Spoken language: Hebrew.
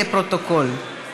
לפרוטוקול.